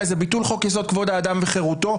זה ביטול חוק יסוד: כבוד האדם וחירותו,